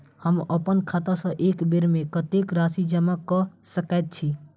हम अप्पन खाता सँ एक बेर मे कत्तेक राशि जमा कऽ सकैत छी?